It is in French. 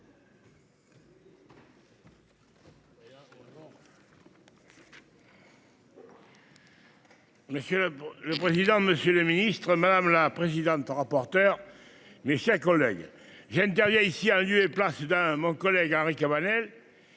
Monsieur le président, monsieur le ministre, madame la présidente, rapporteur. Mes chers collègues je ne dis rien ici a lieu et place dans mon collègue Henri Cabanel.